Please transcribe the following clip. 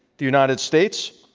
the united states,